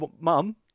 mum